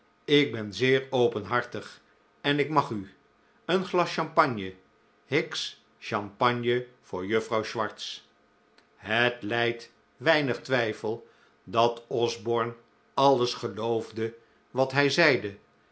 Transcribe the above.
ik ben zeer openhartig en ik mag u een glas champagne hicks champagne voor juffrouw swartz het lijdt weinig twijfel dat osborne alles geloofde wat hij zeide